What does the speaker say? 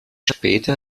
später